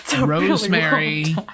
Rosemary